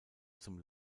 zum